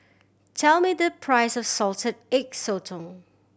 tell me the price of Salted Egg Sotong